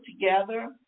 together